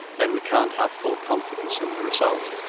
then we can't have full confidence in the result.